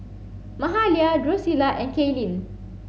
Mahalia Drusilla and Kaylin